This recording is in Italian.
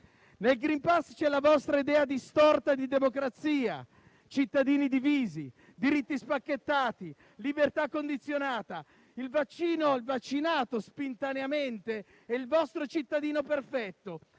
Nel *green pass* ci sono la vostra idea distorta di democrazia, cittadini divisi, diritti spacchettati, libertà condizionata. Il vaccinato spontaneamente è il vostro cittadino perfetto.